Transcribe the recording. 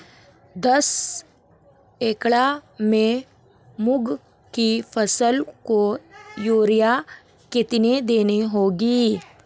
दस एकड़ में मूंग की फसल को यूरिया कितनी देनी होगी?